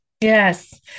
Yes